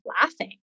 laughing